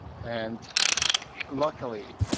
and luckily,